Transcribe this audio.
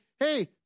hey